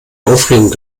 aufregung